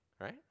right